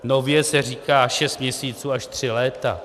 Nově se říká šest měsíců až tři léta.